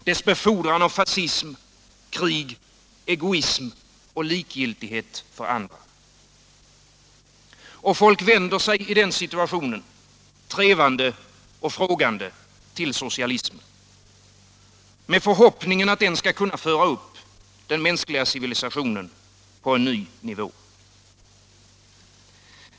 Dess befordran av fascism, krig, egoism och likgiltighet för andra. I den situationen vänder sig människorna, trevande och frågande, till socialismen. Med förhoppningen att den skall kunna föra upp den mänskliga civilisationen på en ny nivå.